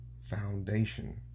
foundation